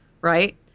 Right